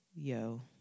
Yo